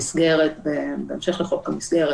בהמשך לחוק המסגרת: